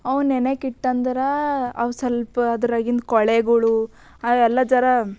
ಅವು ನೆನೆಯಾಕಿಟ್ಟಂದ್ರೆ ಅವು ಸ್ವಲ್ಪ ಅದ್ರಾಗಿನ ಕೊಳೆಗಳು ಅವೆಲ್ಲ ಜರಾ